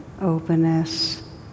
openness